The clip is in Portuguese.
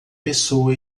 pessoa